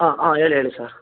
ಆಂ ಆಂ ಹೇಳಿ ಹೇಳಿ ಸರ್